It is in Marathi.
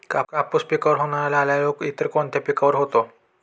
कापूस पिकावर होणारा लाल्या रोग इतर कोणत्या पिकावर होतो?